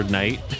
night